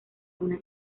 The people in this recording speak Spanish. una